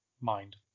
Mind